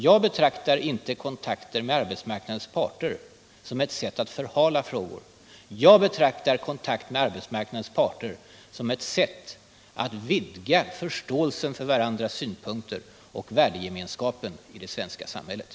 Jag betraktar inte kontakter med arbetsmarknadens parter som ett sätt att förhala frågan utan som ett sätt att vidga förståelsen för varandras synpunkter och fördjupa värdegemenskapen i det svenska samhället.